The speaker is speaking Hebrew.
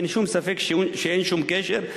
אין שום ספק שאין שום קשר,